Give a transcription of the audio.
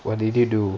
what did you do